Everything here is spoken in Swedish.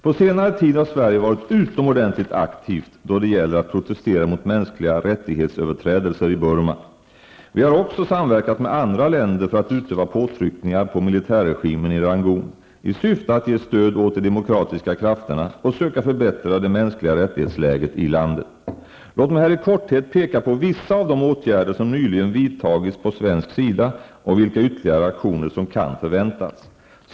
På senare tid har Sverige varit utomordentligt aktivt då det gäller att protestera mot överträdelser av mänskliga rättigheter i Burma. Vi har också samverkat med andra länder för att utöva påtryckningar på militärregimen i Rangoon i syfte att ge stöd åt de demokratiska krafterna och söka förbättra läget när det gäller de mänskliga rättigheterna i landet. Låt mig här i korthet peka på vissa av de åtgärder som nyligen vidtagits på svensk sida och vilka ytterligare aktioner som kan förväntas.